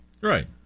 Right